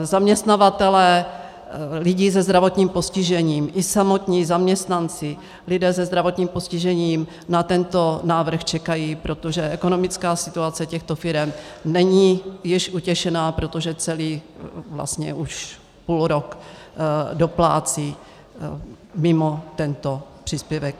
Zaměstnavatelé lidí se zdravotním postižením i samotní zaměstnanci, lidé se zdravotním postižením, na tento návrh čekají, protože ekonomická situace těchto firem není již utěšená, protože celý už půlrok doplácí mimo tento příspěvek.